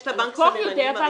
יש לבנק סממנים הרי דיברנו על זה.